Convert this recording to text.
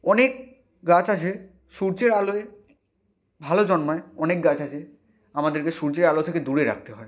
অনেক গাছ আছে সূর্যের আলোয় ভালো জন্মায় অনেক গাছ আছে আমাদেরকে সূর্যের আলো থেকে দূরে রাখতে হয়